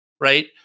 Right